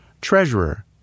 Treasurer